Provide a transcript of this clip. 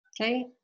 Okay